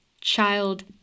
child